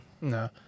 No